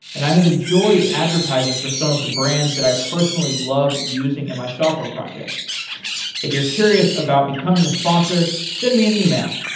and i have enjoyed advertising for some of the brands that i personally love using in my software projects if you're curious about becoming a sponsor, send me an e-mail,